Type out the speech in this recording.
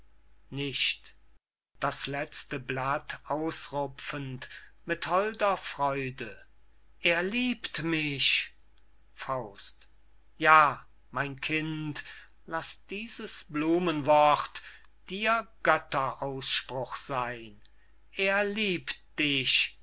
nicht das lezte blatt ausrupfend mit holder freude er liebt mich ja mein kind laß dieses blumenwort dir götter ausspruch seyn er liebt dich